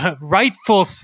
rightful